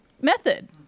method